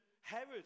Herod